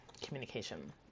communication